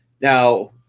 Now